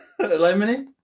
Lemony